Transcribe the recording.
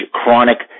chronic